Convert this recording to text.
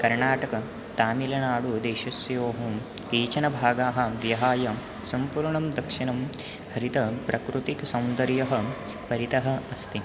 कर्णाटकः तमिल्नाडु देशस्योहं केचन भागाः विहाय सम्पुर्णं दक्षिणं हरितप्राकृतिकसौन्दर्यः परितः अस्ति